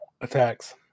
attacks